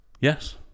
yes